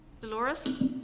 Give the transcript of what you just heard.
Dolores